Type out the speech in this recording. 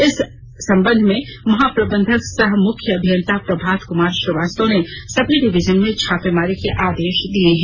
इस संबंध में महाप्रबंधक सह मुख्य अभियंता प्रभात कुमार श्रीवास्तव ने सभी डिवीजन में छापेमारी के आदेश दिये हैं